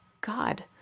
God